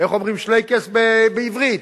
איך אומרים שלייקעס בעברית?